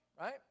Right